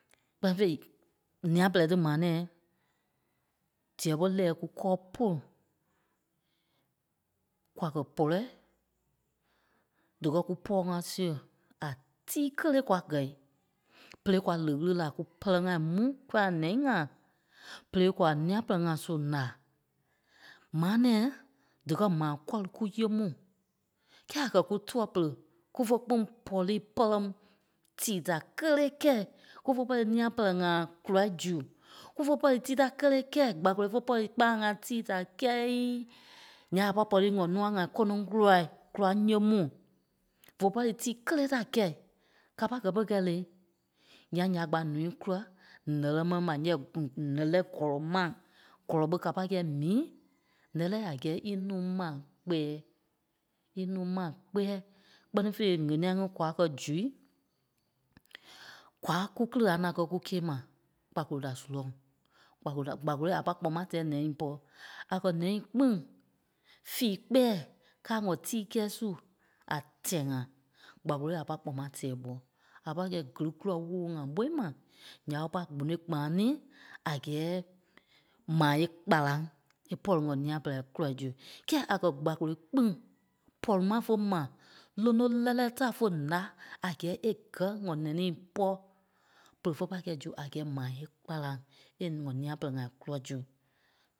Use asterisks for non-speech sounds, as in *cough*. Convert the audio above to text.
Kpɛ́ni fêi, ǹîa pɛlɛɛi tí maa nɛ̃ɛi dîa ɓé lɛɛi kú kɔ́ɔ pôlu. Kwa kɛ̀ pɔlɔi, díkɛ kú pɔ́ɔ ŋá siɣe a tíi kélee kwa gɛ̂i, berei kwa leɣi ɣili la kú pɛ́rɛ ŋai mu kûai a nɛi ŋa, berei kwa nîa pɛlɛɛ ŋa soŋ la. Maa nɛ̃ɛi díkɛ maa kɔ́ri kú yée mu. Kɛ́ɛ a kɛ̀ kú tûa pere, kúfe kpîŋ pɔrii pɛ́rɛ mu tii da kélee kɛ̂i, kúfe pɔ̂rii nîa pɛlɛɛ ŋa kulâi zu, kúfe pɔrii tíi da kélee kɛ̂i, gbakoloi fé pɔ̂rii kpâlaŋ ŋá tii da kélee kɛ̂ii, nyíi a pâi pɔ̂rii ŋɔ nûa ŋai kɔ́nɔŋ kulai kóraŋ yée mu. Vé pɔ̂rii tíi kélee ta kɛ̂i, ka pâi gɛ́ pere kɛ́i léŋ? Ǹyaŋ yâa gbâa ǹúui kúla ǹɛ́lɛ mɛni ma, yɛ̂ *hesitation* yɛ̂ɛ ǹɛ́lɛɛi gɔlɔ ma, gɔlɔ ɓé ka pâi kɛ́i miî? Ǹɛ́lɛɛi a gɛ́ɛ í núu ma kpɛɛ, í núu maa kpɛ́ɛ. Kpɛ́ni fêi ŋ̀éniɛi ŋí kwaa kɛ́ zui, kwaa, kú kíli aâ na kɛ́ kúkîe ma kpakolo da surɔ̂ŋ. Kpakolo da- gbakoloi a pâi kpɔŋ maa tɛɛi ǹɛnîi pɔ. À kɛ̀ ǹɛi kpîŋ fii kpɛ́ɛ́ káa ŋɔtíi kɛ́ɛi su a tɛ̀ɛ ŋa, gbakoloi a pâi kpɔŋ maa tɛɛi bɔ́. a pâi kɛ́i gíli kula woo ŋa ɓói ma, ǹya ɓé pâi gbonôi kpaaŋ ni a gɛ́ɛ ma é kpalaŋ é pɔ̂ri ŋɔ nîa pɛlɛɛi kulâi zu. Kɛ́ɛ a kɛ̀ gbakoloi kpîŋ pɔ̂ri maa fé mà, lóno lɛ́lɛɛ ta fé ǹá a gɛ́ɛ é gɛ́ ŋɔ nɛnîi pɔ́, pere fé pâi kɛ́ zu a gɛ́ɛ ma é kpalaŋ é ŋɔ nîa pɛlɛɛ ŋai kúla zu.